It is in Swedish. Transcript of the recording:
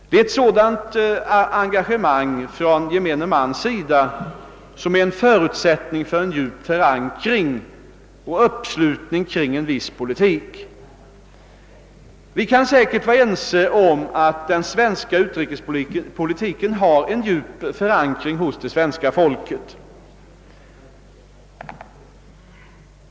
Det är ett sådant engagemang från gemene mans sida som är en förutsättning för en djup förankring och uppslutning kring en viss politik. Vi kan säkert vara ense om att den svenska utrikespolitiken har en djup förankring hos det svenska folket.